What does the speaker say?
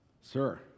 sir